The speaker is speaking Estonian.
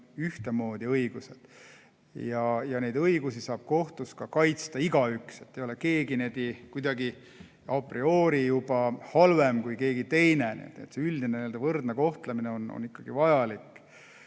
ühtemoodi õigused ja neid õigusi saab kohtus ka kaitsta igaüks, et keegi ei ole kuidagiapriorihalvem kui keegi teine. Üldine võrdne kohtlemine on ikkagi vajalik.